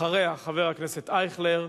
אחריה, חבר הכנסת אייכלר,